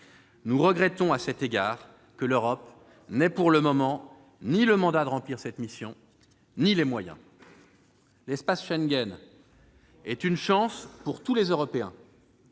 Nous regrettons qu'elle n'ait pour le moment ni le mandat de remplir cette mission ni les moyens de le faire. L'espace Schengen est une chance pour tous les Européens.